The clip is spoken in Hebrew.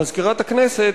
מזכירת הכנסת,